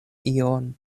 ion